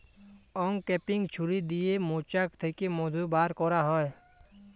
uncapping ছুরি দিয়ে মোচাক থ্যাকে মধু ব্যার ক্যারা হয়